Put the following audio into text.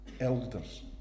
elders